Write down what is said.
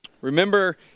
Remember